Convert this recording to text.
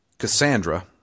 Cassandra